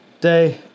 day